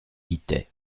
guittet